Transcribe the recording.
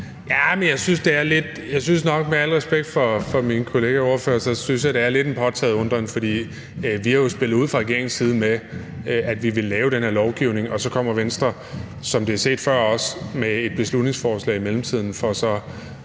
Dybvad Bek): Med al respekt for min kollegaordfører synes jeg, det er en lidt påtaget undren, fordi vi jo fra regeringens side har spillet ud med, at vi ville lave den her lovgivning, og så kommer Venstre, som det også før er set, med et beslutningsforslag i mellemtiden for så